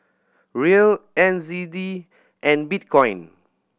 Riel N Z D and Bitcoin